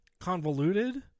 convoluted